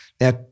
Now